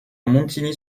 montigny